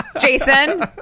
Jason